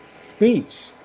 speech